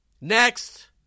Next